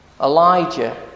Elijah